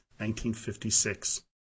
1956